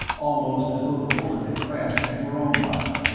almost as though the bullet had crashed into her own body,